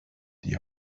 die